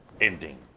ending